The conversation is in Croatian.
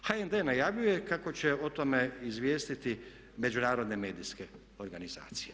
HND najavljuje kako će o tome izvijestiti međunarodne medijske organizacije.